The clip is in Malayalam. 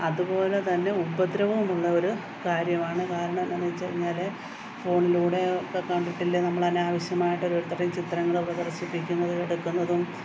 അതുപോലെ തന്നെ ഉപദ്രവവും ഉള്ള ഒരു കാര്യമാണ് കാരണം എന്നു വെച്ചാൽ കഴിഞ്ഞാൽ ഫോണിലൂടെ ഇപ്പോൾ കണ്ടിട്ടില്ലേ നമ്മൾ അനാവശ്യമായിട്ട് ഓരോത്തരുടെയും ചിത്രങ്ങൾ പ്രദർശിപ്പിക്കുന്നതും എടുക്കുന്നതും